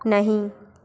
नहीं